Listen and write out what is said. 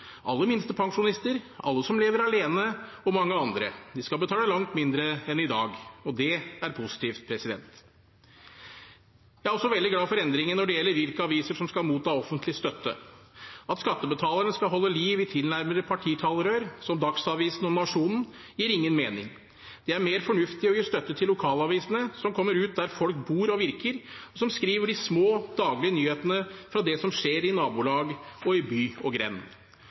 minstepensjonister, alle som lever alene, og mange andre: De skal betale langt mindre enn i dag. Det er positivt. Jeg er også veldig glad for endringen når det gjelder hvilke aviser som skal motta offentlig støtte. At skattebetalerne skal holde liv i tilnærmede partitalerør som Dagsavisen og Nationen, gir ingen mening. Det er mer fornuftig å gi støtte til lokalavisene, som kommer ut der folk bor og virker, og som skriver om de små, daglige nyhetene fra det som skjer i nabolag, i by og i grend. De mange lokal- og